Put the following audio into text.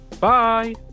Bye